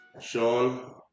Sean